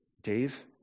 Dave